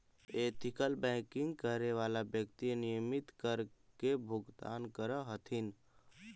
ethical banking करे वाला व्यक्ति नियमित कर के भुगतान करऽ हथिन